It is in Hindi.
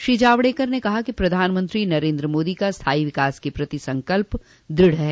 श्री जावड़ेकर ने कहा कि प्रधानमंत्री नरेन्द्र मोदी का स्थायी विकास के प्रति संकल्प दृढ़ है